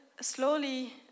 slowly